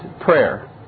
prayer